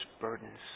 burdens